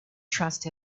trust